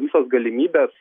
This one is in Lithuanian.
visos galimybės